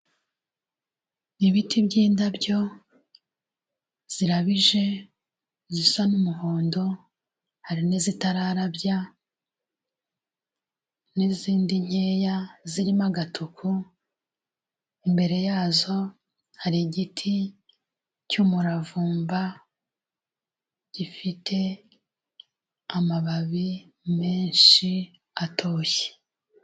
Ibiti by'indabyo zirabije zisa n'umuhondo, hari n'izitararabya n'izindi nkeya zirimo agatuku, imbere yazo hari igiti cy'umuravumba gifite amababi menshi atoshye.